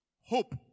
Hope